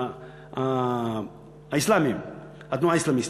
התנועה האסלאמיסטית.